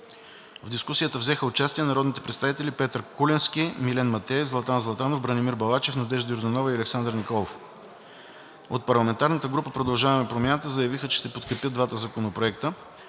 В дискусията взеха участие народните представители Петър Куленски, Милен Матеев, Златан Златанов, Бранимир Балачев, Надежда Йорданова и Александър Николов. От парламентарната група „Продължаваме Промяната“ заявиха, че ще подкрепят двата законопроекта.